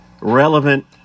relevant